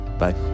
Bye